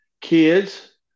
kids